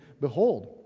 Behold